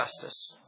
justice